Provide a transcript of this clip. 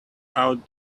out